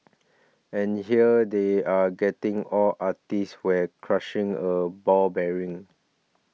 and here they are getting all artsy while crushing a ball bearing